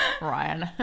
Ryan